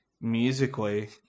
musically